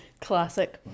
Classic